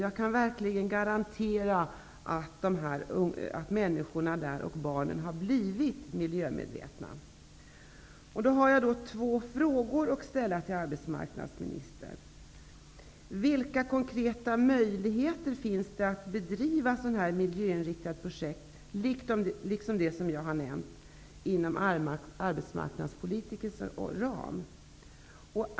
Jag kan verkligen garantera att människorna och barnen där har blivit miljömedvetna. Jag har två frågor att ställa till arbetsmarknadsministern: Vilka konkreta möjligheter finns det att bedriva sådana här miljöinriktade projekt som jag har nämnt inom arbetsmarknadspolitikens ram?